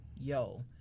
yo